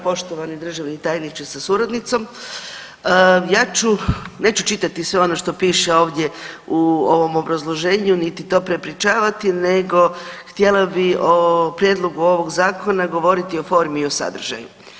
Poštovani državni tajniče sa suradnicom, ja ću, neću čitati sve ono što piše ovdje u ovom obrazloženju, niti to prepričavati nego htjela bi o prijedlogu ovog zakona govoriti o formi i o sadržaju.